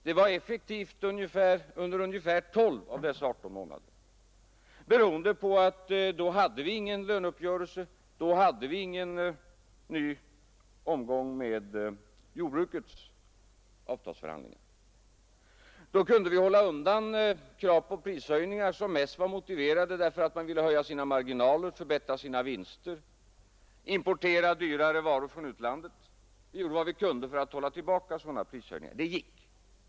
Det var effektivt under ungefär 12 av dessa 18 månader, beroende på att vi då inte hade någon uppgörelse om lönerna och inte heller någon ny omgång i jordbrukets avtalsförhandlingar. Då kunde vi hålla undan krav på prishöjningar som mest var motiverade av att man ville öka sina marginaler, förbättra sina vinster och importera dyrare varor från utlandet. Det gick att hålla tillbaka sådana prishöjningar.